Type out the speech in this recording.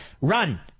Run